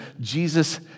Jesus